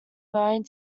going